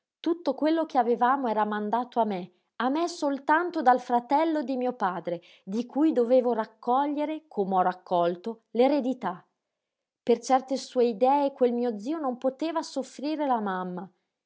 tutto quello che avevamo era mandato a me a me soltanto dal fratello di mio padre di cui dovevo raccogliere com'ho raccolto l'eredità per certe sue idee quel mio zio non poteva soffrire la mamma